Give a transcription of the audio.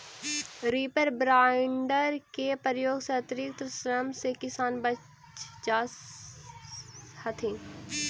reaper binder के प्रयोग से अतिरिक्त श्रम से किसान बच जा हथिन